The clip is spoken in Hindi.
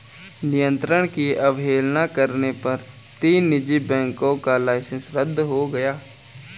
नियंत्रण की अवहेलना करने पर तीन निजी बैंकों का लाइसेंस रद्द हो गया